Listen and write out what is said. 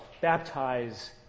baptize